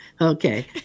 okay